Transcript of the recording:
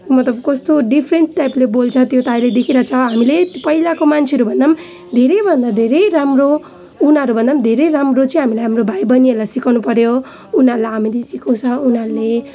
म त कस्तो डिफ्रेन्ट टाइपले बोल्छ त्यो त अहिले देखिरहेको छ हामीले त्यो पहिलाको मान्छेहरू भन्दा धेरै भन्दा धेरै राम्रो धेरै राम्रो चाहिँ हाम्रो भाइ बहिनीहरूलाई सिकाउनु पऱ्यो उनीहरूलाई हामीले सिकाउँछ उनीहरूले